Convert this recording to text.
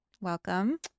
Welcome